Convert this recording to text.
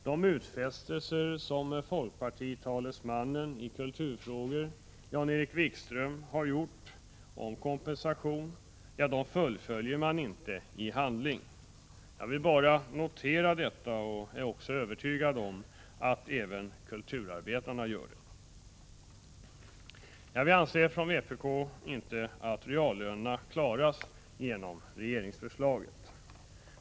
De utfästelser som folkpartitalesmannen i kulturfrågor, Jan-Erik Wikström, har gjort om kompensation fullföljs inte i handling. Jag vill bara notera detta och är övertygad om att även kulturarbetarna gör det. Vi anser från vpk att reallönerna inte klaras genom regeringsförslaget.